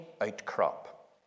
outcrop